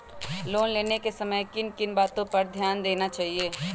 Loan लेने के समय किन किन वातो पर ध्यान देना चाहिए?